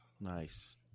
Nice